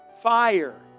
fire